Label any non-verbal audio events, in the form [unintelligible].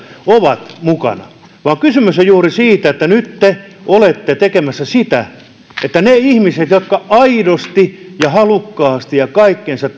ovat mukana kysymys on juuri siitä että nyt te olette tekemässä sitä että niitä ihmisiä jotka aidosti ja halukkaasti ja kaikkensa [unintelligible]